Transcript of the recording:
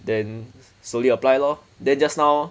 then slowly apply lor then just now